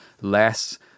less